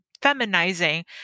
feminizing